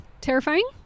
Terrifying